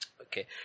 Okay